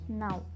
now